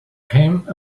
came